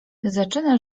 zaczyna